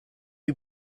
you